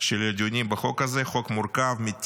של דיונים בחוק הזה, חוק מורכב, מתיש,